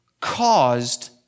caused